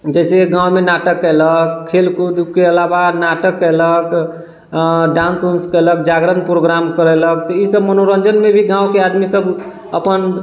जइसे गाँवमे नाटक केलक खेलकूदके अलावा नाटक केलक डान्स उन्स केलक जागरण प्रोग्राम करेलक तऽ ई सब मनोरञ्जनमे भी गामके आदमीसब अपन